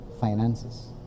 finances